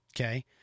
okay